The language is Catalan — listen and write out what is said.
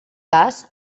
cas